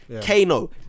Kano